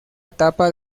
etapa